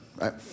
right